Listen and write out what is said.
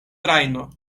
trajno